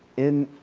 in